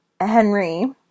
Henry